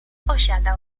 osiadał